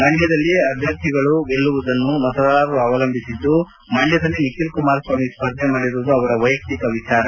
ಮಂಡ್ಕದಲ್ಲಿ ಆಭ್ಯರ್ಥಿಗಳು ಗೆಲ್ಲವುದು ಮತದಾರರನ್ನು ಅವಲಂಬಿಸಿದ್ದು ಮಂಡ್ಕದಲ್ಲಿ ನಿಖಿಲ್ ಕುಮಾರಸ್ವಾಮಿ ಸ್ಪರ್ಧೆ ಮಾಡಿರುವುದು ಅವರ ವೈಯಕ್ತಿಕ ವಿಚಾರ